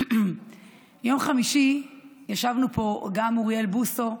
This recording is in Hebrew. ביום חמישי ישבנו פה, גם אוריאל בוסו,